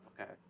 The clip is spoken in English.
Okay